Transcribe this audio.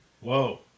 Whoa